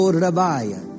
rabaya